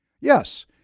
Yes